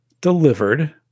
delivered